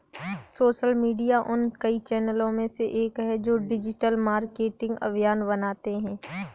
social media उन कई चैनलों में से एक है जो डिजिटल मार्केटिंग अभियान बनाते हैं